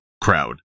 crowd